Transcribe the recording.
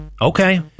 Okay